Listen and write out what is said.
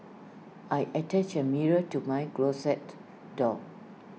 I attached A mirror to my closet door